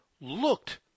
looked